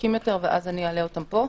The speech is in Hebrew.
המדויקים יותר ואז אני אעלה אותם פה.